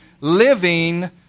living